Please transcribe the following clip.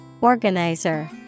Organizer